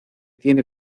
tiene